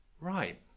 Right